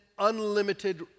unlimited